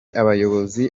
abayobozi